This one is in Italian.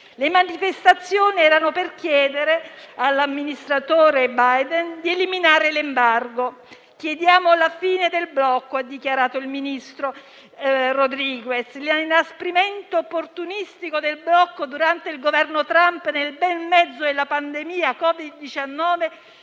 Le manifestazioni erano per chiedere all'Amministrazione Biden di eliminare l'embargo. «Chiediamo la fine del blocco», ha dichiarato il ministro Rodriguez. «L'inasprimento opportunistico del blocco durante il governo Trump, nel bel mezzo della pandemia Covid-19,